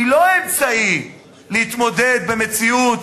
היא לא האמצעי להתמודד, במציאות